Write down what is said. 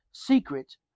secret